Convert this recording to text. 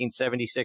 1976